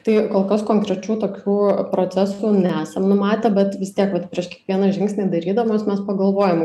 tai kol kas konkrečių tokių procesų nesam numatę bet vis tiek vat prieš kiekvieną žingsnį darydamos mes pagalvojome